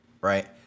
right